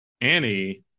Annie